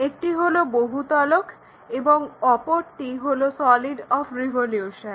একটি হলো বহুতলক এবং অপরটি হলো সলিড অফ রিভলিউশন